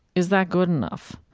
is that good enough?